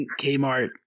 Kmart